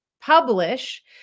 publish